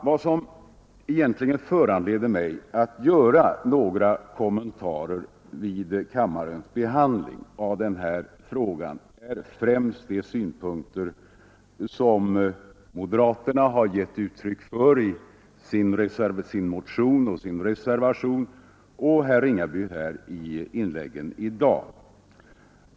Vad som föranledde mig att göra några korta kommentarer vid kammarens behandling av denna fråga är främst de synpunkter som moderaterna har gett uttryck åt i sin motion och i sin reservation och genom herr Ringabys inlägg tidigare i dag.